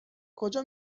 کجا